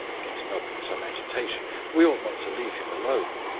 getting up in some agitation. we ought not to leave him alone.